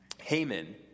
Haman